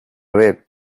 ver